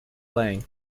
playing